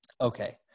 Okay